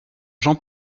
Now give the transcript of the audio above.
jean